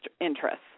interests